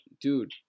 dude